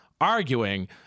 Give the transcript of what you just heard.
Arguing